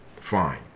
Fine